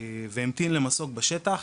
והמתין למסוק בשטח,